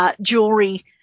jewelry